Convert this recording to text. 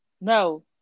No